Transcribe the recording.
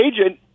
agent